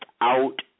out